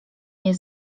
nie